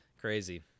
Crazy